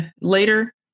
later